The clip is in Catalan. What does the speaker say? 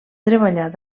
treballar